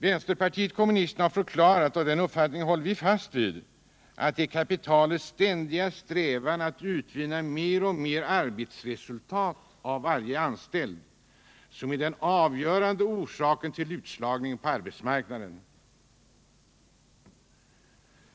Vänsterpartiet kommunisterna har förklarat, och den uppfattningen håller vi fast vid, att det är kapitalets ständiga strävan att utvinna mer och mer arbetsresultat av varje anställd som är den avgörande orsaken till utslagningen på arbetsmarknaden.